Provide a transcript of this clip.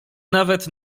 nawet